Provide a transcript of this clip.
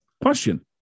Question